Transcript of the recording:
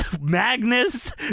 Magnus